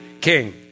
king